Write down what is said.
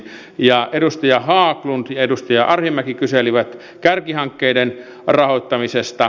edustaja haglund ja edustaja arhinmäki kyselivät kärkihankkeiden rahoittamisesta